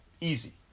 Easy